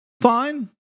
Fine